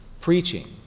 preaching